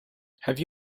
have